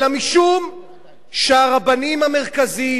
אלא משום שהרבנים המרכזיים,